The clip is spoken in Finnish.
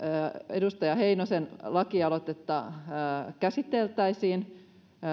edustaja heinosen lakialoitetta käsiteltäisiin